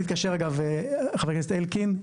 חבר הכנסת אלקין,